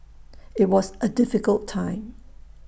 IT was A difficult time